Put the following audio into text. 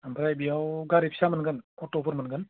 ओमफ्राय बियाव गारि फिसा मोनगोन थ'थ'फोर मोनगोन